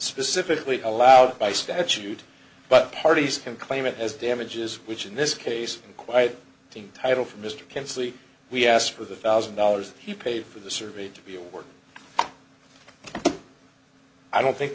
specifically allowed by statute but parties can claim it as damages which in this case quite title mr can see we asked for the thousand dollars he paid for the survey to be a work i don't think